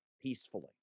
peacefully